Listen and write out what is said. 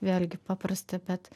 vėlgi paprasta bet